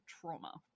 trauma